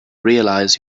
realize